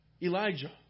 Elijah